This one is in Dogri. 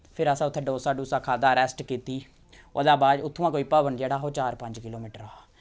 फिर असें उत्थैं डोसा डुसा खाद्धा रैस्ट कीती ओह्दे बाद उत्थोआं कोई भवन जेह्ड़ा हा ओह् चार पंज किलो मीटर हा